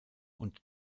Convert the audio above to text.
und